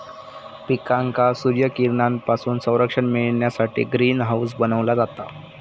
पिकांका सूर्यकिरणांपासून संरक्षण मिळण्यासाठी ग्रीन हाऊस बनवला जाता